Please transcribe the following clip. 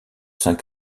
saint